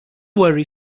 worry